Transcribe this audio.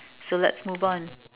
so let's move on